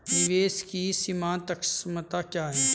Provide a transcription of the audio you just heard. निवेश की सीमांत क्षमता क्या है?